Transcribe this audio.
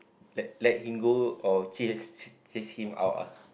let him go or chase chase him out ah